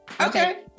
okay